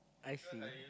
I see